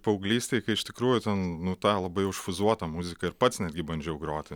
paauglystėj kai iš tikrųjų ten nu tą labai ušfuzuotą muziką ir pats netgi bandžiau groti